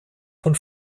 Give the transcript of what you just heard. von